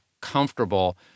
comfortable